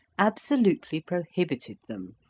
absolutely prohibited them.